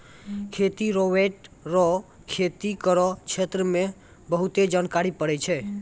खेती रोवेट रो खेती करो क्षेत्र मे बहुते जरुरी पड़ै छै